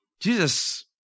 Jesus